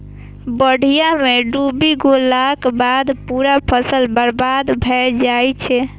बाढ़ि मे डूबि गेलाक बाद पूरा फसल बर्बाद भए जाइ छै